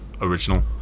original